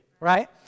right